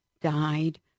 died